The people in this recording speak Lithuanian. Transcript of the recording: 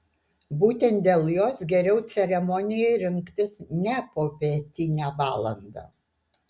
būtent dėl jos geriau ceremonijai rinktis ne popietinę valandą